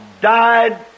died